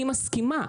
אני מסכימה.